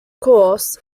course